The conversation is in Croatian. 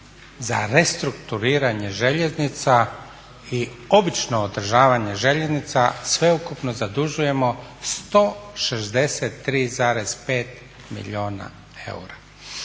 za restrukturiranje željeznica i obično održavanje željeznica sveukupno zadužujemo 163,5 milijuna eura